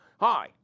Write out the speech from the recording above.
Hi